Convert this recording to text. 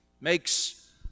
makes